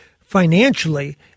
financially